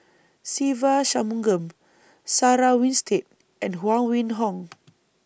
Se Ve Shanmugam Sarah Winstedt and Huang Wenhong